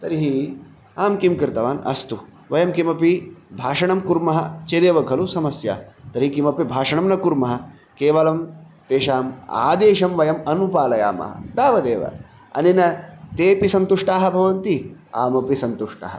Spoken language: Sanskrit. तर्हि अहं किं कृतवान् अस्तु वयं किमपि भाषणं कुर्मः चेदेव खलु समस्या तर्हि किमपि भाषणं न कुर्मः केवलं तेषाम् आदेशं वयम् अनुपालयामः तावदेव अनेन तेऽपि सन्तुष्टाः भवन्ति अहमपि सन्तुष्टः